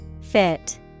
Fit